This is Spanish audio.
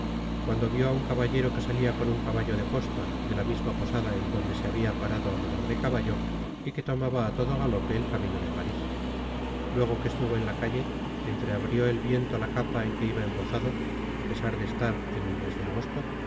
cuando vió á un caballero que salia con un caballo de posla de la misma posada en donde se habia parado á mudar de caballo y que tomaba á todo galope el camino de paris luego que esluvo en la cal'e entreabrió el viento la capa en que iba embozado á pesar de estar en el mes de agosto y